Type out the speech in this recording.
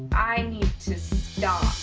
i need to